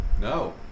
No